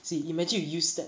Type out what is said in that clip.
see imagine you use that